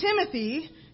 Timothy